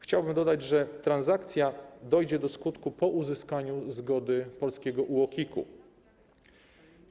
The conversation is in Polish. Chciałbym dodać, że transakcja dojdzie do skutku po uzyskaniu zgody polskiego UOKiK-u.